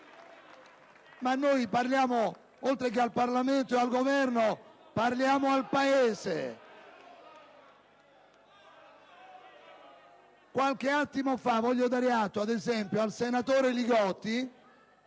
Ma noi parliamo, oltre che al Parlamento e al Governo, al Paese. Qualche attimo fa voglio darne atto, il senatore Li Gotti,